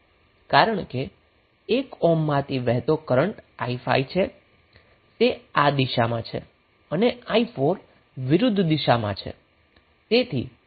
કારણ કે 1 ઓહ્મમાંથી વહેતો કરન્ટ i5 છે તે આ દિશામાં છે અને i4 વિરુદ્ધ દિશામાં છે